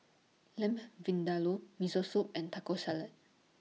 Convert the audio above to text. Lamb Vindaloo Miso Soup and Taco Salad